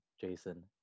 Jason